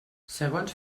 segons